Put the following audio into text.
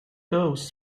doves